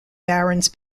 barons